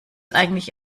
eigentlich